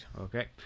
Okay